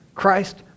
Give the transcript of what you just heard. Christ